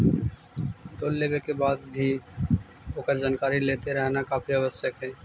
loan लेवे के बाद भी ओकर जानकारी लेते रहना काफी आवश्यक हइ